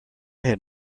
had